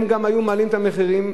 הם היו מעלים את המחירים,